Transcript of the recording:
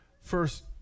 first